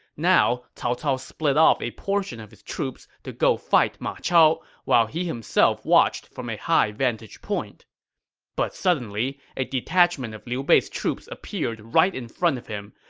now, cao cao split off a portion of his troops to go fight ma chao, while he himself watched from a high vantage point but suddenly, a detachment of liu bei's troops appeared right in front of him,